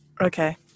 Okay